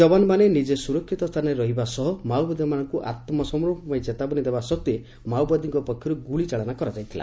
ଯବାନମାନେ ନିଜେ ସ୍ବରକ୍ଷିତ ସ୍ରାନରେ ରହିବା ସହ ମାଓବାଦୀମାନଙ୍କୁ ଆତ୍ମସମର୍ପଶ ପାଇଁ ଚେତାବନୀ ଦେବା ସତ୍ୱେ ମାଓବାଦୀଙ୍କ ପକ୍ଷରୁ ଗୁଳି ଚାଳନା ଜାରି ରହିଥିଲା